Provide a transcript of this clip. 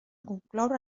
concloure